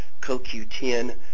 CoQ10